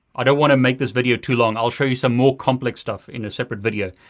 i don't wanna make this video too long. i will show you some more complex stuff in a separate video.